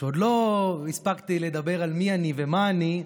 עוד לא הספקתי לדבר על מי אני ומה אני,